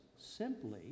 Simply